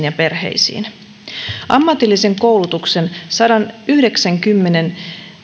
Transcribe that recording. ja perheille ammatillisen koulutuksen sadanyhdeksänkymmenen